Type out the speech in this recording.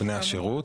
בני השירות.